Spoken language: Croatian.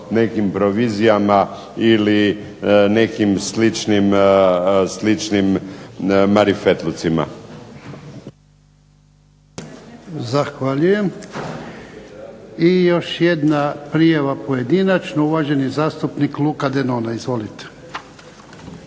nekim provizijama ili nekim sličnim marifetlucima.